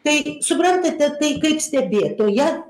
tai suprantate tai kaip stebėtoja